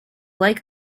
like